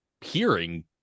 hearing